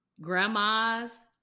grandmas